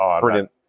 Brilliant